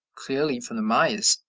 clearly from the mayas.